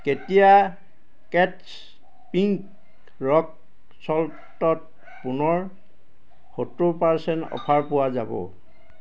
কেতিয়া কেট্ছ pink rock salt ত পুনৰ সত্তৰ পাৰচেণ্ট অফাৰ পোৱা যাব